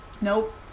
nope